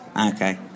Okay